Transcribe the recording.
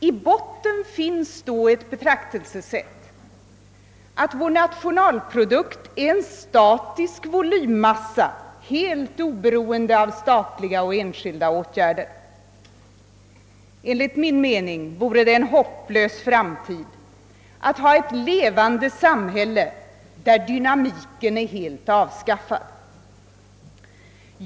I botten finns ett betraktelsesätt, som innebär att vår nationalprodukt är en statisk volymmassa, helt oberoende av statliga. och enskilda åtgärder. Enligt min mening vore det en hopplös framtid att ha ett levande samhälle där dynamiken är helt avskaffad.